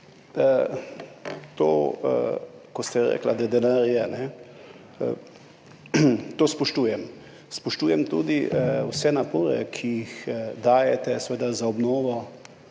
To, ko ste rekli, da denar je, to spoštujem. Spoštujem tudi vse napore, ki jih vlagate za obnovo